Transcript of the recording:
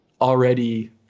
already